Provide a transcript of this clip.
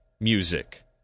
music